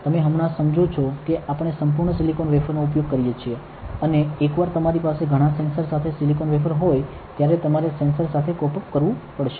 તમે હમણાં સમજો છો કે આપણે સમ્પુર્ણ સિલિકોન વેફર નો ઉપયોગ કરીએ છીએ અને એકવાર તમારી પાસે ઘણાં સેન્સર સાથે સિલિકોન વેફર હોય ત્યારે તમારે સેન્સર સાથે કોપ અપ કરવું પડશે